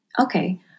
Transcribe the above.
Okay